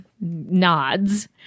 nods